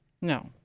No